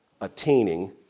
attaining